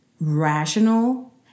rational